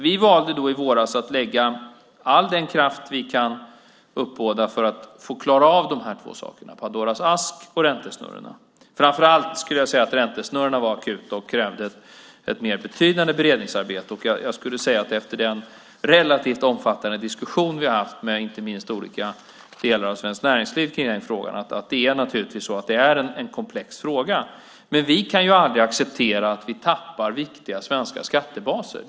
Vi valde då i våras att lägga all den kraft vi kunde uppbåda på att klara av de här två sakerna, Pandoras ask och räntesnurrorna. Framför allt var räntesnurrorna akuta. De krävde ett mer betydande beredningsarbete. Och efter den relativt omfattande diskussion som vi har haft inte minst med olika delar av svenskt näringsliv kring den frågan vill jag säga att detta naturligtvis är en komplex fråga. Men vi kan aldrig acceptera att vi tappar viktiga svenska skattebaser.